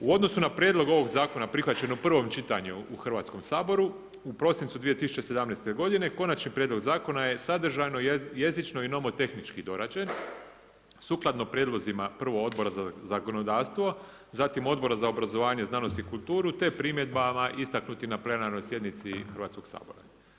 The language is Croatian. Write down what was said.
U odnosu na prijedlog ovog zakona prihvaćen u prvom čitanju u Hrvatskom saboru u prosincu 2017. godine konačni prijedlog zakona je sadržajno, jezično i nomotehnički dorađen sukladno prijedlozima prvo Odbora za zakonodavstvo, zatim Odbora za obrazovanje, znanost i kulturu, te primjedbama istaknuti na plenarnoj sjednici Hrvatskog sabora.